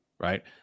Right